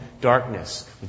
darkness